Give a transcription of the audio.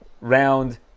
round